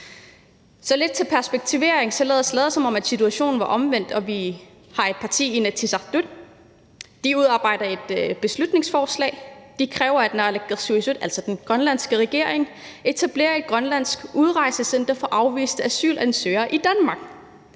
Så lidt til perspektivering lad os lade, som om situationen var omvendt og vi har et parti i Inatsisartut, der udarbejder et beslutningsforslag, og de kræver, at naalakkersuisut, altså den grønlandske regering, etablerer et grønlandsk udrejsecenter for afviste asylansøgere i Danmark.